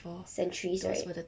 centuries right